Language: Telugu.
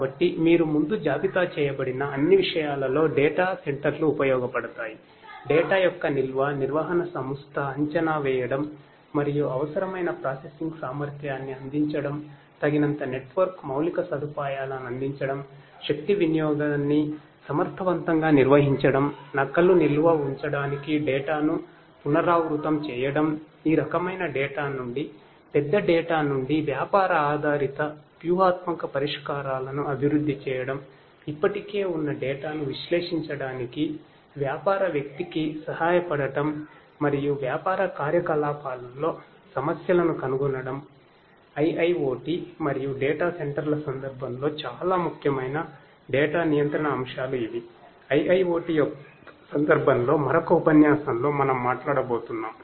కాబట్టి మీరు ముందు జాబితా చేయబడిన అన్ని విషయాలలో డేటా ను విశ్లేషించడానికి వ్యాపార వ్యక్తికి సహాయపడటం మరియు వ్యాపార కార్యకలాపాలలో సమస్యలను కనుగొనడం